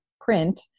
print